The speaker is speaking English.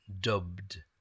dubbed